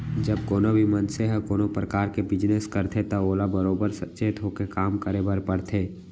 जब कोनों भी मनसे ह कोनों परकार के बिजनेस करथे त ओला बरोबर सचेत होके काम करे बर परथे